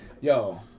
Yo